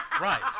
Right